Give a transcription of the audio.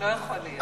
לא יכול להיות.